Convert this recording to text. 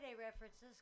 references